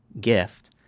gift